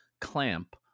clamp